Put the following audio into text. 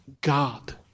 God